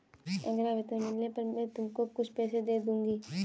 अगला वेतन मिलने पर मैं तुमको कुछ पैसे दे दूँगी